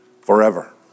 forever